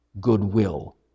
goodwill